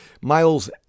Miles